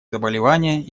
заболевания